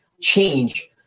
change